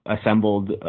assembled